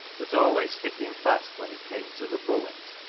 but always sticking fast when it came to the bullet,